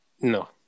No